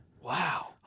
Wow